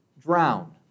drown